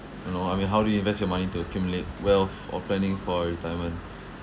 you know I mean how do you invest your money to accumulate wealth or planning for a retirement